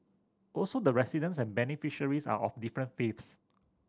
also the residents and beneficiaries are of different faiths